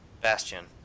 Bastion